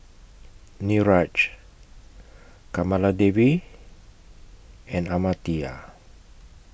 Niraj Kamaladevi and Amartya